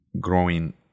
growing